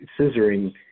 scissoring